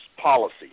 policy